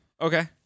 Okay